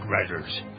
writers